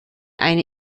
eine